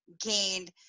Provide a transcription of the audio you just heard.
gained